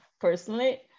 personally